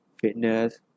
Fitness